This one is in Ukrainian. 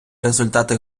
результати